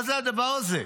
מה זה הדבר הזה?